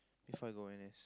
before I go N_S